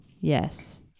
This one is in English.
Yes